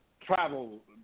travel